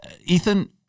Ethan